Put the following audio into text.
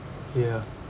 ya